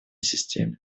системе